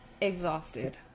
exhausted